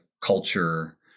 culture